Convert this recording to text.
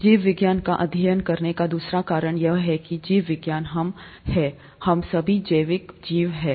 जीव विज्ञान का अध्ययन करने का दूसरा कारण यह है कि जीव विज्ञान हम हैं हम सभी जैविक जीव हैं